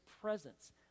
presence